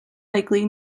likely